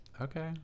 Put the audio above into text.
Okay